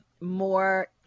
more